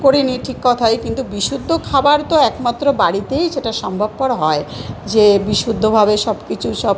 করিনি ঠিক কথাই কিন্তু বিশুদ্ধ খাবার তো একমাত্র বাড়িতেই সেটা সম্ভবপর হয় যে বিশুদ্ধভাবে সবকিছু সব